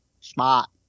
Smart